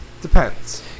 Depends